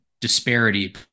disparity